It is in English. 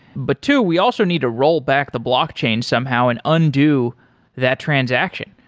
but two, we also need to roll back the blockchain somehow and undo that transaction.